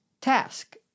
task